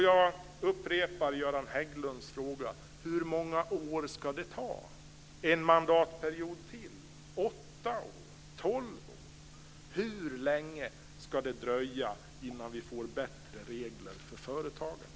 Jag upprepar Göran Hägglunds fråga: Hur många år ska det ta - en mandatperiod till, åtta år, tolv år? Hur länge ska det dröja innan vi får bättre regler för företagare?